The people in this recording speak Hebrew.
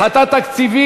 משפטים ובתי-משפט,